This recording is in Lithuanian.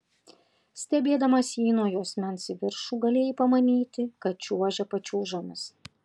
stebėdamas jį nuo juosmens į viršų galėjai pamanyti kad čiuožia pačiūžomis